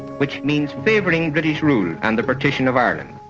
which means favoring british rule and the partition of ireland.